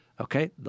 okay